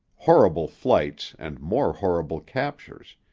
horrible flights and more horrible captures,